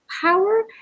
power